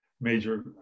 major